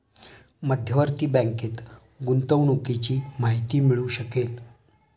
मध्यवर्ती बँकेत गुंतवणुकीची माहिती मिळू शकेल